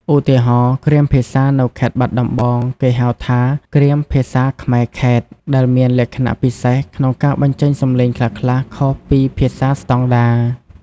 ឧទាហរណ៍ គ្រាមភាសានៅខេត្តបាត់ដំបង គេហៅថា "គ្រាមភាសាខ្មែរខេត្ត" ដែលមានលក្ខណៈពិសេសក្នុងការបញ្ចេញសំឡេងខ្លះៗខុសពីភាសាស្តង់ដារ។